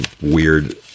weird